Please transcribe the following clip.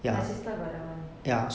my sister got that one